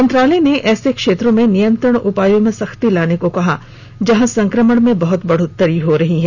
मंत्रालय ने ऐसे क्षेत्रों में नियंत्रण उपायों में सख्ती लाने को कहा है जहां संक्रमण में बहुत बढ़ोतरी हो रही हो